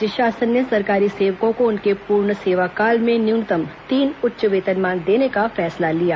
राज्य शासन ने सरकारी सेवकों को उनके पूर्ण सेवा काल में न्यूनतम तीन उच्च वेतनमान देने का फैसला लिया